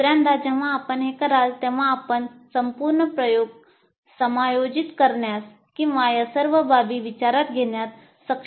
दुसऱ्यांदा जेव्हा आपण हे कराल तेव्हा आपण संपूर्ण प्रयोग समायोजित करण्यास किंवा या सर्व बाबी विचारात घेण्यास सक्षम व्हाल